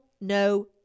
no